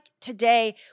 today